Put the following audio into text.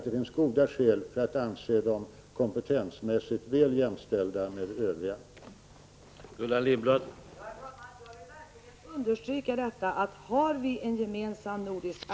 Det finns goda skäl att anse dem kompetensmässigt väl jämställda med övriga sjuksköterskor.